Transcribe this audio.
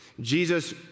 Jesus